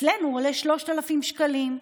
אצלנו עולה 3,000 שקלים.